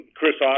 Chris